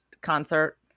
concert